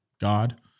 God